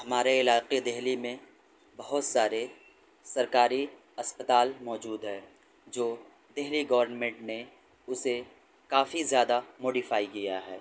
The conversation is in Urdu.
ہمارے علاقے دہلی میں بہت سارے سرکاری اسپتال موجود ہیں جو دہلی گورمنٹ نے اسے کافی زیادہ موڈیفائی کیا ہے